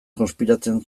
konspiratzen